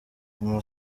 nyuma